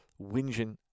whinging